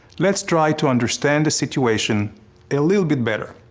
let's try to understand the situation a little bit better.